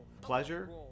pleasure